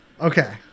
Okay